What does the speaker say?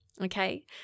Okay